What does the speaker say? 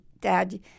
Dad